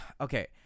okay